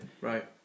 right